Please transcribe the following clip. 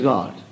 God